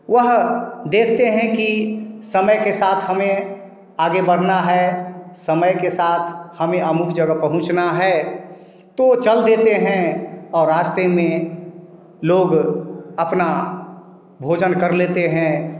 वह देखते हैं कि समय के साथ हमें आगे बढ़ना है समय के साथ हमें अमुक जगह पहुँचना है तो चल देते हैं और रास्ते में लोग अपना भोजन कर लेते हैं